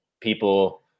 people